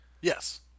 Yes